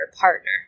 partner